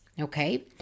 Okay